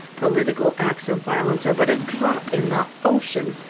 political acts of violence are but a drop in the ocean.